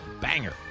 banger